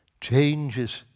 changes